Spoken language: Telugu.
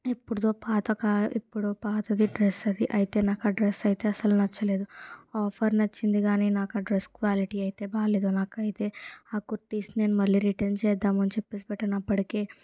ఎప్పుడుదో పాతకా ఇప్పుడు పాతది డ్రెస్ అది అయితే నాకు ఆ డ్రెస్ అయితే అసలు నచ్చలేదు ఆఫర్ నచ్చింది కానీ నాకు ఆ డ్రెస్ క్వాలిటీ అయితే బాలేదు నాకైతే ఆ కుర్తీస్ నేన్ మళ్ళీ రిటర్న్ చేద్దాము అని చెప్పేసి పెట్టాను అప్పటికే